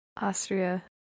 Austria